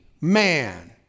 man